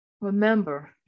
remember